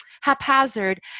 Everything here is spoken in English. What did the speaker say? haphazard